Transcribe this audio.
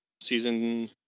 season